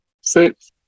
six